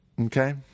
okay